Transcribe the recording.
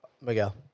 Miguel